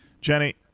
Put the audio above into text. Jenny